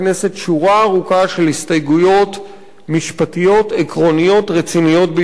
שורה ארוכה של הסתייגויות משפטיות עקרוניות רציניות ביותר.